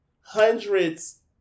hundreds